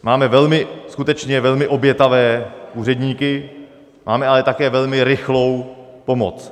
Máme skutečně velmi obětavé úředníky, máme ale také velmi rychlou pomoc.